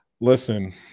Listen